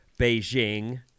Beijing